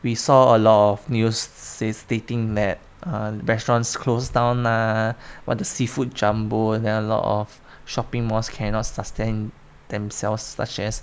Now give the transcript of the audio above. we saw a lot of news says stating that uh restaurants closed down ah what the seafood jumbo then a lot of shopping malls cannot sustain themselves such as